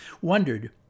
wondered